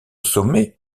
sommet